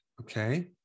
okay